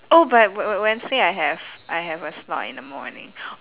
oh but but wednesday I have I have a slot in the morning